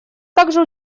также